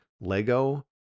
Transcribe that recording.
Lego